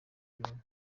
ibintu